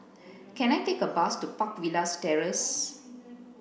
can I take a bus to Park Villas Terrace